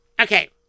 okay